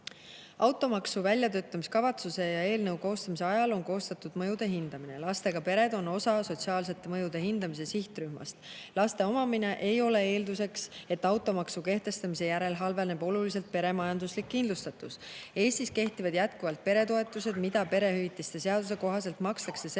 Automaksu väljatöötamiskavatsuse ja eelnõu koostamise ajal on koostatud mõjude hindamine ja lastega pered on osa sotsiaalsete mõjude hindamise sihtrühmast. Laste omamine ei ole eelduseks, et automaksu kehtestamise järel halveneb oluliselt pere majanduslik kindlustatus. Eestis kehtivad jätkuvalt peretoetused, mida perehüvitiste seaduse kohaselt makstakse selleks,